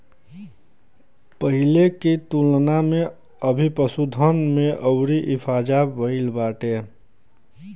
पहिले की तुलना में अभी पशुधन में अउरी इजाफा भईल बाटे